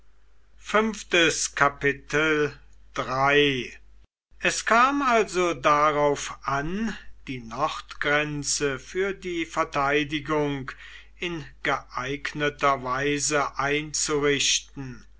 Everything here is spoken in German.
es kam also darauf an die nordgrenze für die verteidigung in geeigneter weise einzurichten